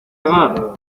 agar